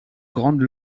grande